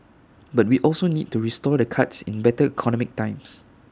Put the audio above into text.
but we also need to restore the cuts in better economic times